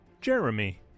Jeremy